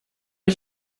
ich